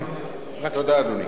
תודה, אדוני.